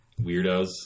weirdos